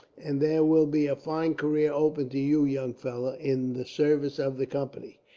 and there will be a fine career open to you young fellows, in the service of the company.